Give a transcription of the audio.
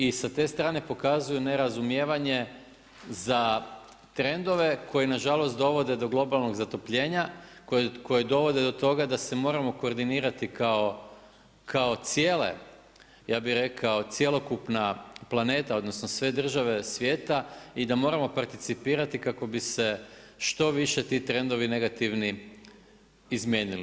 I sa te strane pokazuju nerazumijevanje za trendove koji nažalost dovode do globalnog zatopljenja, koje dovode do toga da se moramo koordinirati kao cijele, ja bi rekao kao cjelokupna planeta, odnosno sve države svijeta i da moramo participirati kako bi se što više ti trendovi negativni izmijenili.